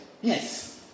yes